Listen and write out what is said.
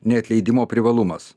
neatleidimo privalumas